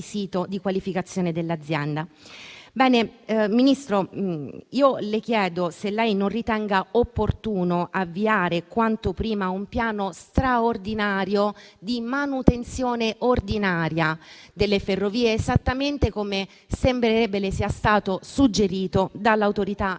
Signor Ministro, le chiedo se lei non ritenga opportuno avviare quanto prima un piano straordinario di manutenzione ordinaria delle ferrovie, esattamente come sembrerebbe le sia stato suggerito dall'Autorità di